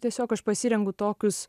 tiesiog aš pasirenku tokius